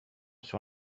sur